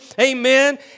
Amen